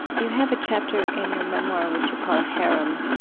you have a chapter in your memoir which you call harem.